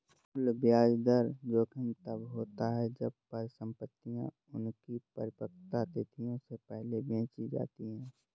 मूल्य ब्याज दर जोखिम तब होता है जब परिसंपतियाँ उनकी परिपक्वता तिथियों से पहले बेची जाती है